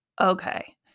okay